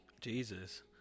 Jesus